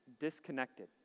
disconnected